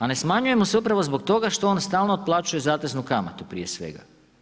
A ne smanjuje mu se upravo zbog toga što on stalno otplaćuje zateznu kamatu prije svega.